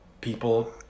people